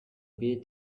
beer